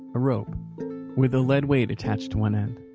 a rope with a lead weight attached to one end.